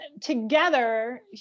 together